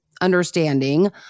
understanding